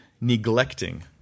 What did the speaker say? neglecting